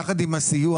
יחד עם הסיוע,